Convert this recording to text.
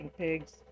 pigs